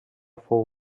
fou